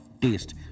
taste